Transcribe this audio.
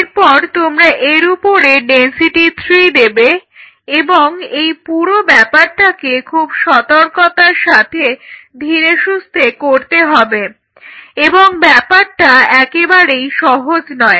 এরপর তোমরা এর উপরে ডেনসিটি 3 দেবে এবং এই পুরো ব্যাপারটাকে খুব সতর্কতার সাথে ধীরেসুস্থে করতে হবে এবং ব্যাপারটা একেবারেই সহজ নয়